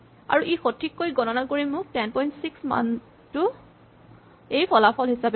আৰু ই সঠিককৈ গণনা কৰি মোক ১০৬ মানটোৱেই ফলাফল হিচাপে দিব